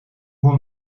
voor